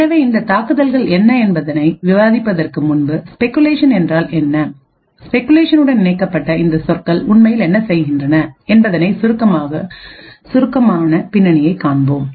எனவே இந்த தாக்குதல்கள் என்ன என்பதனை விவாதிப்பதற்கு முன்பு ஸ்பெகுலேஷன் என்றால் என்ன ஸ்பெகுலேஷன் உடன் இணைக்கப்பட்ட இந்த சொற்கள் உண்மையில் என்ன செய்கின்றன என்பதற்கான சுருக்கமான பின்னணியைக் காண்போம்